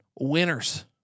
winners